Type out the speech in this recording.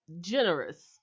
generous